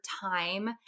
time